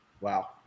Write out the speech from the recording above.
Wow